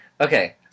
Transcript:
Okay